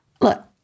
look